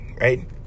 right